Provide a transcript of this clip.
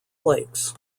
lakes